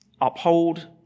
uphold